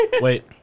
Wait